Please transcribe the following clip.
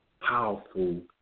powerful